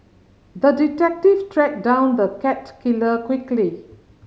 the detective tracked down the cat killer quickly